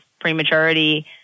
prematurity